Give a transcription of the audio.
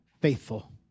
faithful